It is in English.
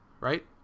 right